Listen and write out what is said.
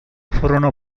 furono